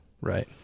Right